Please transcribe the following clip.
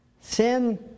sin